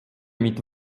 mit